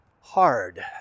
hard